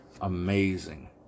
Amazing